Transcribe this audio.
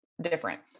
different